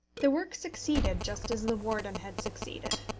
the work succeeded just as the warden had succeeded.